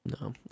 no